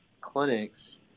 clinics